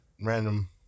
random